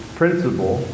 principle